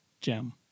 gem